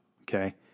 okay